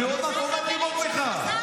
אני עוד מעט עומד לירות בך.